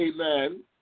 amen